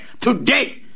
today